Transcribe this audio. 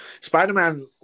Spider-Man